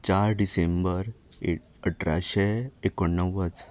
चार डिसेंबर ए अठराशे एकोणणव्वद